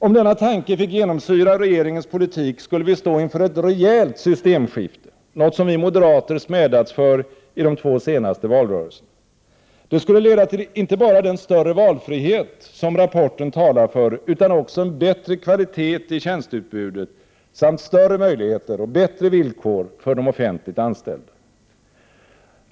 Om denna tanke fick genomsyra regeringens politik skulle vi stå inför ett rejält systemskifte, något som vi moderater smädats för i de två Prot. 1988/89:76 senaste valrörelserna. Det skulle leda till inte bara den större valfrihet som 8 mars 1989 rapporten talar för utan också en bättre kvalitet i tjänsteutbudet samt större möjligheter och bättre villkor för de offentligt anställda.